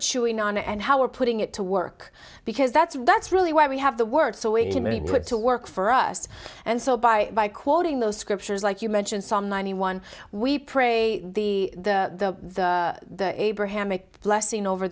chewing on it and how we're putting it to work because that's that's really why we have the word so we put to work for us and so by by quoting those scriptures like you mention some ninety one we pray the the abrahamic blessing over